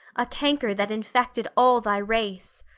a canker that infected all thy race.